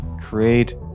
create